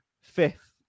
fifth